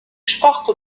sparte